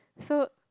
so